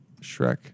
Shrek